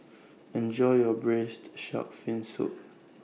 Enjoy your Braised Shark Fin Soup